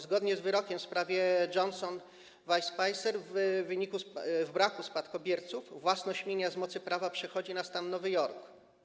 Zgodnie z wyrokiem w sprawie Johnson v Spicer w przypadku braku spadkobierców własność mienia z mocy prawa przechodzi na stan Nowy Jork.